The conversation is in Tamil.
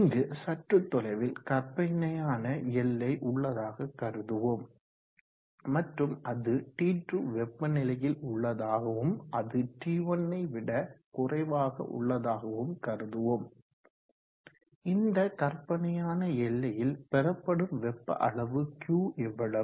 இங்கு சற்று தொலைவில் கற்பனையான எல்லை உள்ளதாக கருதுவோம் மற்றும் அது T2 வெப்பநிலையில் உள்ளதாகவும் அது T1 வை விட குறைவாக உள்ளதாகவும் கருதுவோம் இந்த கற்பனையான எல்லையில் பெறப்படும் வெப்ப அளவு Q எவ்வளவு